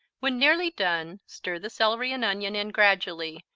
when nearly done stir the celery and onion in gradually,